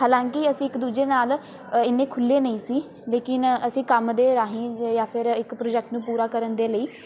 ਹਾਲਾਂਕਿ ਅਸੀਂ ਇੱਕ ਦੂਜੇ ਨਾਲ਼ ਇੰਨੇ ਖੁੱਲ੍ਹੇ ਨਹੀਂ ਸੀ ਲੇਕਿਨ ਅਸੀਂ ਕੰਮ ਦੇ ਰਾਹੀਂ ਜਾਂ ਫਿਰ ਇੱਕ ਪ੍ਰੋਜੈਕਟ ਨੂੰ ਪੂਰਾ ਕਰਨ ਦੇ ਲਈ